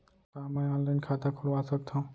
का मैं ऑनलाइन खाता खोलवा सकथव?